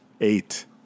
Eight